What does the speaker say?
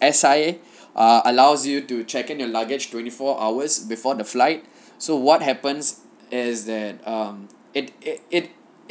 S_I_A ah allows you to check in your luggage twenty four hours before the flight so what happens is that um it it it